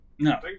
No